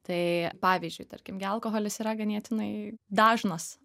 tai pavyzdžiui tarkim gi alkoholis yra ganėtinai dažnas